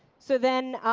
so then,